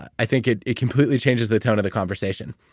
i think it it completely changes the tone of the conversation.